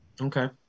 Okay